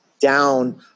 down